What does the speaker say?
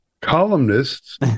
columnists